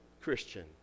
Christian